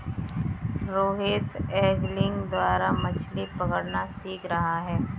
Rohit angling द्वारा मछ्ली पकड़ना सीख रहा है